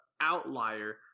outlier